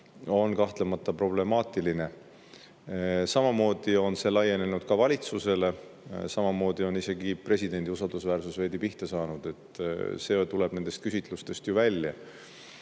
on kahtlemata problemaatiline. Samamoodi on see laienenud ka valitsusele, samamoodi on isegi presidendi usaldusväärsus veidi pihta saanud. See tuleb nendest küsitlustest ju välja. Ma